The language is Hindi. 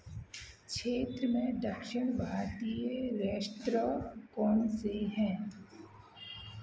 क्षेत्र में दक्षिण भारतीय रेस्तौरां कौन से हैं